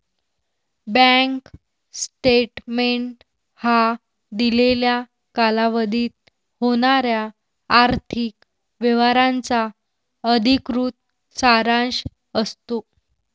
bank statement हा दिलेल्या कालावधीत होणाऱ्या आर्थिक व्यवहारांचा अधिकृत सारांश असतो